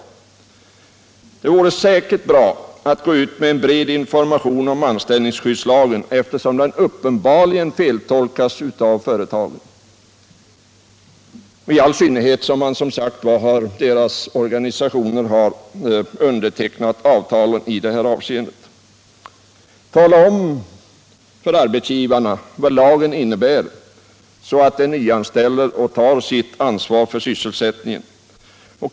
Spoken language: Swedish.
Säkerligen vore det också bra att gå ut med en bred information om anställningsskyddslagen, eftersom den uppenbarligen feltolkas av företagen —i all synnerhet som arbetsgivarnas organisationer har undertecknat avtalen. Tala om för arbetsgivarna vad lagen innebär, så att de nyanställer och tar sitt ansvar för sysselsättningen!